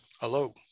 Hello